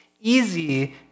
easy